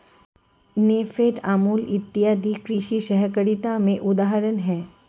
नेफेड, अमूल इत्यादि कृषि सहकारिता के उदाहरण हैं